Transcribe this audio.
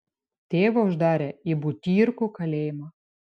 tėvą uždarė į butyrkų kalėjimą